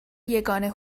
یگانه